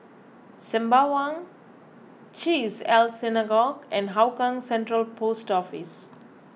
Sembawang Chesed El Synagogue and Hougang Central Post Office